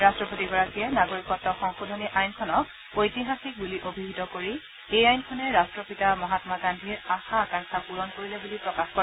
ৰাট্টপতিগৰাকীয়ে নাগৰিকত্ব সংশোধনী আইনখনক ঐতিহাসিক বুলি অভিহিত কৰি এই আইনখনে ৰাট্টপিতা মহামা গান্ধীৰ আশা আকাংক্ষা পুৰণ কৰিলে বুলি প্ৰকাশ কৰে